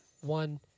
One